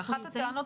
אבל אחת הטענות